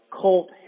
cult